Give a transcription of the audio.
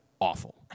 awful